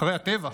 אחרי הטבח.